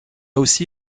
aussi